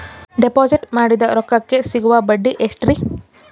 Deposit ಮಾಡಿದ ರೊಕ್ಕಕೆ ಸಿಗುವ ಬಡ್ಡಿ ಎಷ್ಟ್ರೀ?